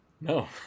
No